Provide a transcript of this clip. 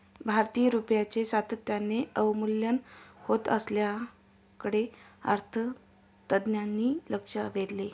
भारतीय रुपयाचे सातत्याने अवमूल्यन होत असल्याकडे अर्थतज्ज्ञांनी लक्ष वेधले